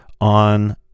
on